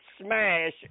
smash